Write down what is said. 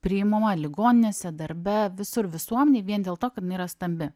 priimama ligoninėse darbe visur visuomenėj vien dėl to kad jinai yra stambi